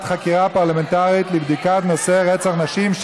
חקירה פרלמנטרית לבדיקת נושא רצח נשים,